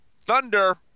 Thunder